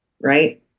right